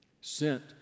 Sent